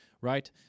right